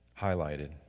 highlighted